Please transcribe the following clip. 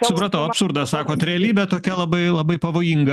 supratau absurdas sakot realybė tokia labai labai pavojinga